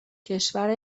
کشور